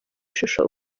ishusho